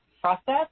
process